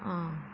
आं